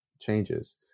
changes